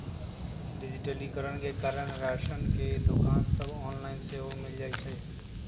डिजिटलीकरण के कारण राशन के दोकान सभ ऑनलाइन सेहो मिल जाइ छइ